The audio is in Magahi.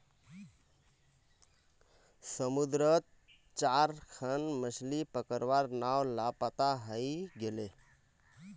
समुद्रत चार खन मछ्ली पकड़वार नाव लापता हई गेले